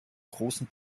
großen